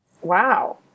Wow